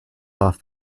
off